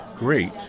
great